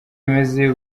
bimeze